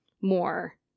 more